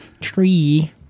tree